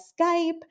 Skype